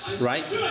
Right